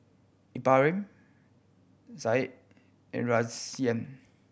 Ibrahim Said and Rayyan